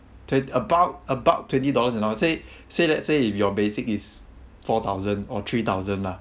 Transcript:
twen~ about about twenty dollars an hour say say let's say if your basic is four thousand or three thousand lah